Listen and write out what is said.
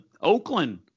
Oakland